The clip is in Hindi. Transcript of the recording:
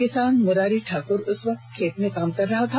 किसान मुरारी ठाकर उस वक्त खेत मे काम कर रहा था